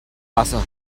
wasser